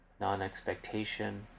non-expectation